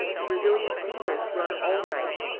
the brazilian steamers run all night,